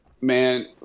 Man